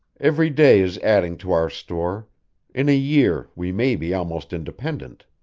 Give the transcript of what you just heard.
every day is adding to our store in a year we may be almost independent.